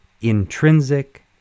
intrinsic